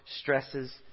stresses